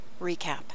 Recap